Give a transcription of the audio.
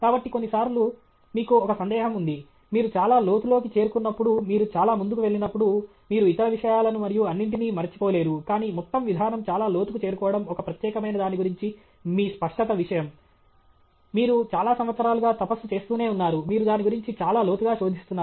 కాబట్టి కొన్నిసార్లు మీకు ఒక సందేహం ఉంది మీరు చాలా లోతులోకి చేరుకున్నప్పుడు మీరు చాలా ముందుకు వెళ్ళినప్పుడు మీరు ఇతర విషయాలను మరియు అన్నింటినీ మరచిపోలేరు కానీ మొత్తం విధానం చాలా లోతుకు చేరుకోవడం ఒక ప్రత్యేకమైన దాని గురించి మీ స్పష్టత విషయం మీరు చాలా సంవత్సరాలుగా తపస్సు చేస్తూనే ఉన్నారు మీరు దాని గురించి చాలా లోతుగా శోధిస్తున్నారు